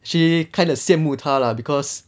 actually kind of 羡慕他 lah because